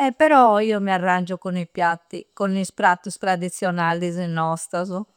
E però, io mi arraggio con i piatti. Con is prattus tradizionallisi nostoso.